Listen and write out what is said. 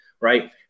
Right